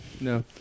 No